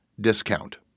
discount